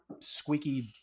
squeaky